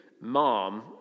Mom